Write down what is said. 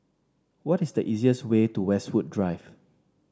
what is the easiest way to Westwood Drive